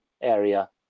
area